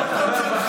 לא.